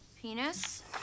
Penis